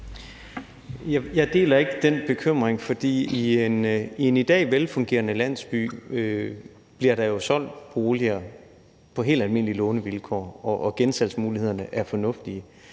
Jeg deler ikke den bekymring, for i en i dag velfungerende landsby bliver der jo solgt boliger på helt almindelige lånevilkår, og gensalgsmulighederne er fornuftige.